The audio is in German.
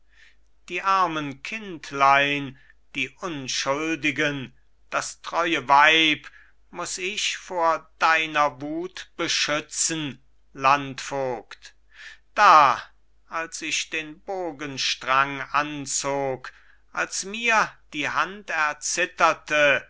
die armen kindlein die unschuldigen das treue weib muss ich vor deiner wut beschützen landvogt da als ich den bogenstrang anzog als mir die hand erzitterte